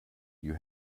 you